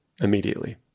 immediately